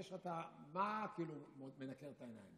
מה כאילו מנקר את העיניים,